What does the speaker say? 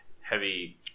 heavy